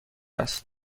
است